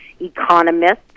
economists